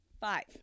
Five